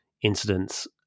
incidents